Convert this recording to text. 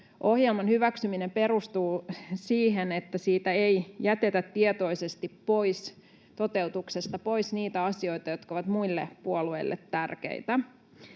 hallitusohjelman hyväksyminen perustuu siihen, että ei jätetä tietoisesti toteutuksesta pois niitä asioita, jotka ovat muille puolueille tärkeitä.